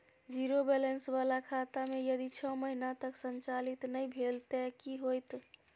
Zero balance बाला खाता में यदि छः महीना तक संचालित नहीं भेल ते कि होयत?